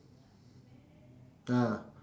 ah